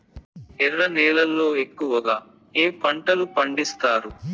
ఎర్ర నేలల్లో ఎక్కువగా ఏ పంటలు పండిస్తారు